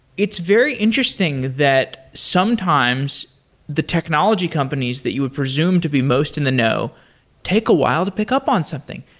it's very interesting that sometimes the technology companies that you had presumed to be most in the know take a while to pick up on something.